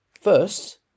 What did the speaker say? First